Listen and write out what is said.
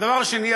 הדבר השני,